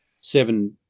seven